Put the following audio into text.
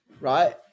right